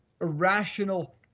irrational